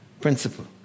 principle